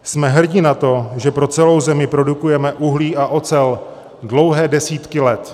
Jsme hrdi na to, že pro celou zemi produkujeme uhlí a ocel dlouhé desítky let.